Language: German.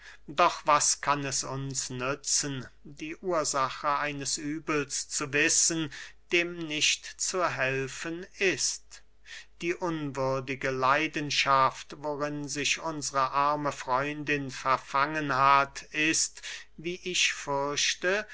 doch was kann es uns nützen die ursache eines übels zu wissen dem nicht zu helfen ist die unwürdige leidenschaft worin sich unsre arme freundin verfangen hat ist wie ich fürchte